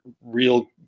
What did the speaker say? real